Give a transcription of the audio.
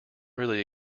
really